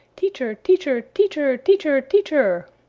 teacher, teacher, teacher, teacher, teacher!